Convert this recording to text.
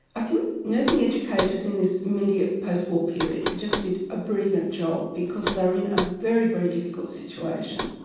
i think nursing educators in this immediate post-war period just did a brilliant job because they were in a very, very difficult situation.